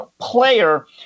player